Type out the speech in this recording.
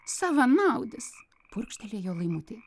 savanaudis purkštelėjo laimutė